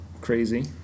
crazy